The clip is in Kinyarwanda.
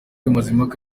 mazimpaka